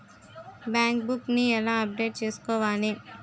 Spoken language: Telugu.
బ్యాంక్ బుక్ నీ ఎలా అప్డేట్ చేసుకోవాలి?